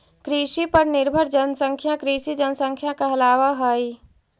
कृषि पर निर्भर जनसंख्या कृषि जनसंख्या कहलावऽ हई